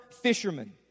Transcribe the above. fishermen